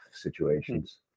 situations